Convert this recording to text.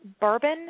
bourbon